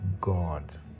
God